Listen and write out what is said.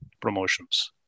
promotions